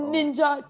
Ninja